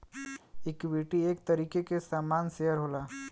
equity एक तरीके के सामान शेअर होला